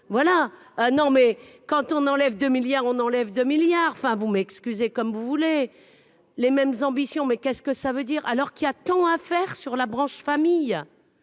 voilà un an, mais quand on enlève 2 milliards on enlève 2 milliards enfin vous m'excuser comme vous voulez, les mêmes ambitions mais qu'est-ce que ça veut dire alors qu'il a tant à faire sur la branche famille,